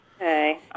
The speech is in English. Okay